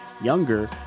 younger